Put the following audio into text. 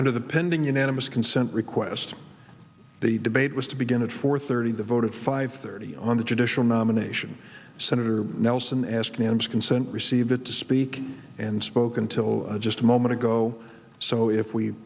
under the pending unanimous consent request the debate was to begin at four thirty the vote of five thirty on the judicial nomination senator nelson asked man's consent received it to speak and spoke until just a moment ago so if we